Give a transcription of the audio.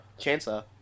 Chainsaw